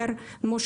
יש כל הזמן שיפורים.